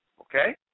Okay